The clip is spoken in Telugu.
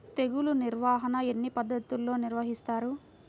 తెగులు నిర్వాహణ ఎన్ని పద్ధతుల్లో నిర్వహిస్తారు?